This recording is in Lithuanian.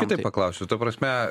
kitaip paklausiu ta prasme